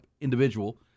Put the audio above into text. individual